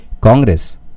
Congress